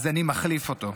אז אני מחליף אותו,